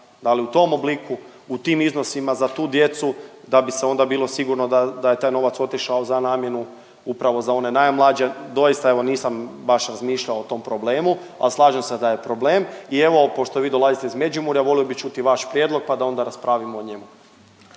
u tom obliku u tim iznosima za tu djecu da bi se onda bilo sigurno da je taj novac otišao za namjenu upravo za one najmlađe, doista evo nisam baš razmišljao o tom problemu, al slažem se da je problem. I evo pošto vi dolazite iz Međimurja volio bih čuti vaš prijedlog pa da onda raspravimo o njemu.